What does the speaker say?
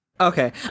okay